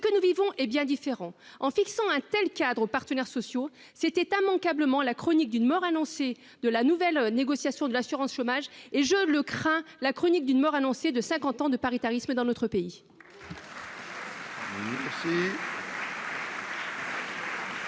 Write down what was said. ce que nous vivons est bien différent ! En fixant un tel cadre aux partenaires sociaux, c'était immanquablement la chronique d'une mort annoncée de la nouvelle négociation de l'assurance chômage ... Eh oui !... et, je le crains, la chronique d'une mort annoncée de cinquante ans de paritarisme dans notre pays. La parole est